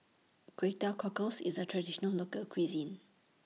Kway Teow Cockles IS A Traditional Local Cuisine